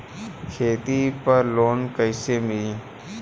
खेती पर लोन कईसे मिली?